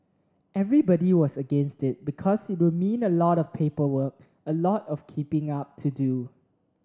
everybody was against it because it would mean a lot of paperwork a lot of keeping up to do